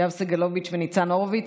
יואב סגלוביץ' וניצן הורוביץ.